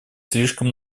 слишком